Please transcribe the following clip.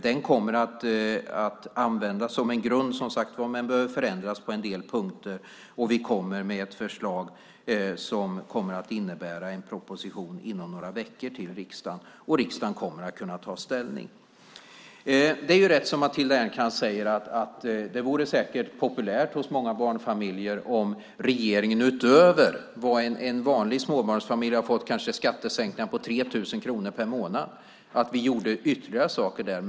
Den kommer att användas som en grund, som sagt var, men behöver förändras på en del punkter. Vi kommer med ett förslag som kommer att innebära en proposition inom några veckor till riksdagen, och riksdagen kommer att kunna ta ställning. Det är rätt som Matilda Ernkrans säger att det säkert vore populärt hos många barnfamiljer om regeringen, utöver att en vanlig småbarnsfamilj har fått skattesänkningar på kanske 3 000 kronor per månad, gjorde ytterligare saker där.